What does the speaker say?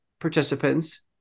participants